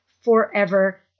forever